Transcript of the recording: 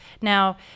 Now